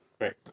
Right